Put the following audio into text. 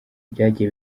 byagiye